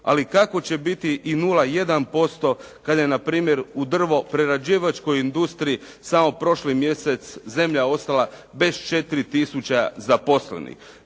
ali kako će biti i 0,1% kada je na primjer u drvoprerađivačkoj industriji samo prošli mjesec zemlja ostala bez 4 tisuće zaposlenih.